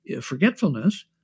forgetfulness